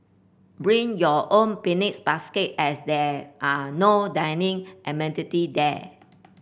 bring your own picnics basket as there are no dining amenity there